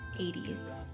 80s